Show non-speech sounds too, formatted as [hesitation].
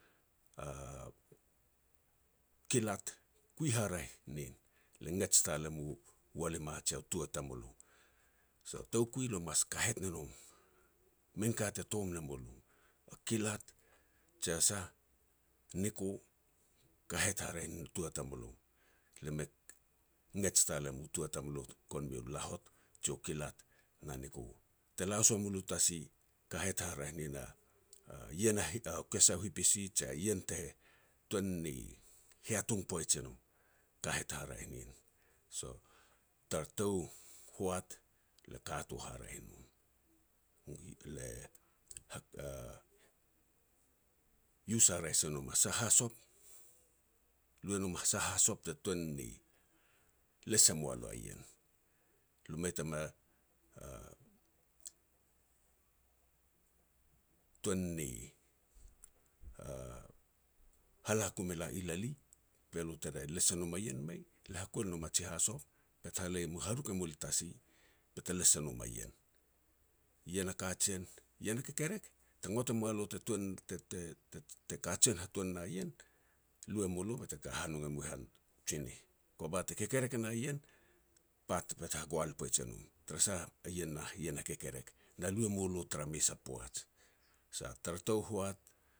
[hesitation] Kilat kui haraeh nin le ngets tal e mu walima ji tua tamulo. So, toukui lo mas kahet ne nom minka te tom ne mulo, a kilat, jia sah, niko, kahet haraeh nin u tua tamulo. Le me ngets tal e mu tua tamulo gon meu lahot jiu kilat na niko. Te la si ua mulo i tasi, kahet haraeh nin [hesitation] a ien a hi [unintelligible] kesa hipisi jia ien le tuan ni heatung poij si no, kahet haraeh nin. So, tara tou hoat le kato haraeh i nom le a [unintelligible] yus haraeh se nom a sah hasop, lu e nom a sah hasop te tuan ni les e moa lo a ien. Lum mei tama, [hesitation] tuan ni [hesitation] hala ku mela ilali be lo te les nom a ien, mei. Le ha kuel nom a ji hasop bete halei mul, haruk e mul tasi be lo te les nom a ien. Ien a kajen, ien a kekerek te ngot e moa lo te tuan te-te-te [hesitation] te kajen hatuan na ien, lu e mu lo bete hanong e moa i han u tsinih, kova te kekerek e na ien, pat bet a hagoal poij e nom, tara sah, a ien ne nah a ien a kekerek, na lu e mulo tara mes a poaj. So, tara tou hoat,